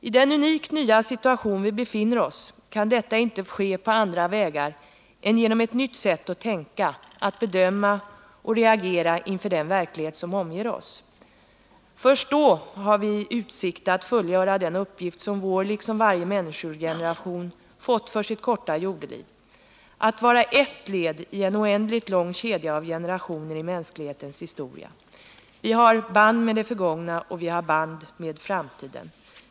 I den unikt nya situation vi befinner oss i kan detta inte ske på andra vägar än genom ett nytt sätt att tänka, att bedöma och att reagera inför den verklighet som omger oss. Först då har vi utsikt att fullgöra den uppgift som vår liksom varje människoge neration fått för sitt korta jordeliv: att vara ett led i en oändligt lång kedja av generationer i mänsklighetens historia. Vi har band med det förgångna, och vi har band med framtiden.